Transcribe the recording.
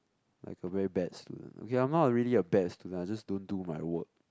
like a very bad student okay I'm not really a bad student I just don't do my work